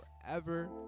forever